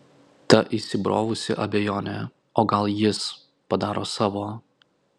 ta įsibrovusi abejonė o gal jis padaro savo